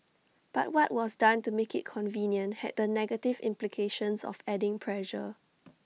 but what was done to make IT convenient had the negative implications of adding pressure